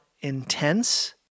intense